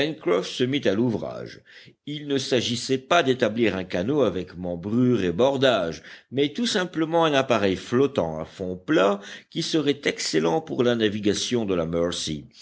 pencroff se mit à l'ouvrage il ne s'agissait pas d'établir un canot avec membrure et bordage mais tout simplement un appareil flottant à fond plat qui serait excellent pour la navigation de la mercy